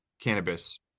cannabis